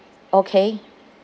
okay